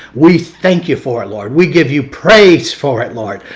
we thank you for it, lord. we give you praise for it, lord,